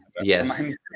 Yes